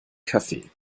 kaffee